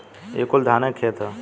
ई कुल धाने के खेत ह